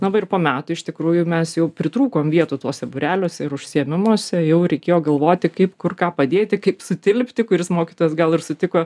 na va ir po metų iš tikrųjų mes jau pritrūkom vietų tuose būreliuose ir užsiėmimuose jau reikėjo galvoti kaip kur ką padėti kaip sutilpti kuris mokytojas gal ir sutiko